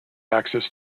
access